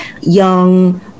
young